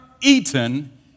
eaten